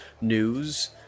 News